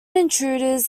intruders